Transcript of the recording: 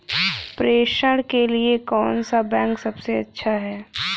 प्रेषण के लिए कौन सा बैंक सबसे अच्छा है?